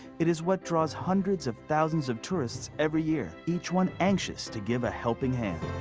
it is what draws hundreds of thousands of tourists every year, each one anxious to give a helping hand.